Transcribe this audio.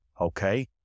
okay